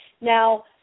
Now